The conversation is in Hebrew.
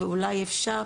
ואולי אפשר,